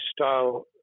style